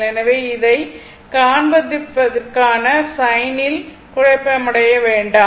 எனவே இதைக் காண்பிப்பதற்கான சைனில் குழப்பமடைய வேண்டாம்